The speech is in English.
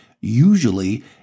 usually